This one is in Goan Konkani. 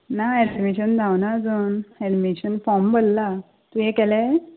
ना एडमिशन जावना आजून एडमिशन फॉम भरला तुवें केलें